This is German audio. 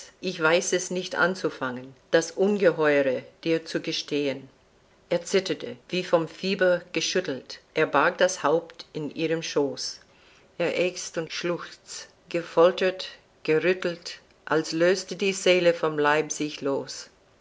ich weiß es nicht anzufangen das ungeheure dir zu gestehn er zitterte wie vom fieber geschüttelt er barg das haupt in ihrem schoß er ächzt und schluchzte gefoltert gerüttelt als löste die seele vom